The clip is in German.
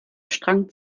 strang